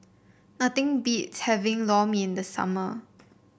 nothing beats having Lor Mee in the summer